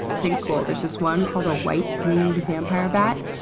pretty cool. there's this one called a white-winged vampire bat.